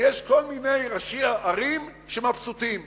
ויש כל מיני ראשי ערים שהם מבסוטים.